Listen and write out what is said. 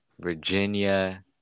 Virginia